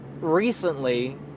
recently